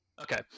okay